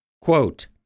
Quote